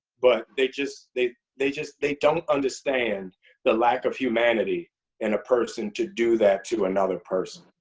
but they just they they just they don't understand the lack of humanity in a person to do that to another person.